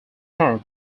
term